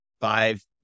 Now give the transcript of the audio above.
five